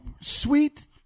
sweet